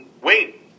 wait